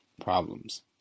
problems